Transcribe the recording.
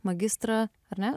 magistrą ar ne